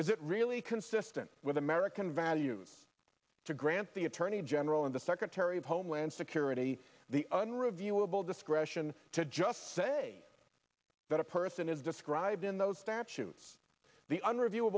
is it really consistent with american values to grant the attorney general and the secretary of homeland security the unreviewable discretion to just say that a person is described in those statutes the